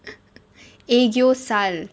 aegyo sal